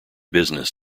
business